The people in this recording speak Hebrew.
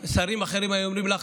שרים אחרים היו אומרים לך: